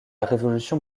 révolution